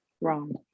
wrong